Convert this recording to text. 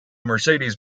mercedes